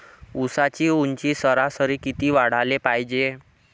ऊसाची ऊंची सरासरी किती वाढाले पायजे?